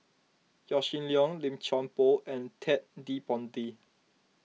Yaw Shin Leong Lim Chuan Poh and Ted De Ponti